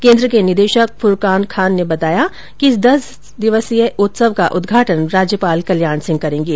केन्द्र के निदेशक फूरकान खान ने बताया कि दस दिवसीय उत्सव का उदघाटन राज्यपाल कल्याण सिंह करेगे